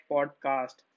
Podcast